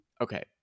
Okay